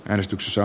äänestyksessä